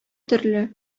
төрле